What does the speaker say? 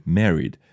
married